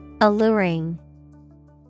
Alluring